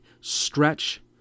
Stretch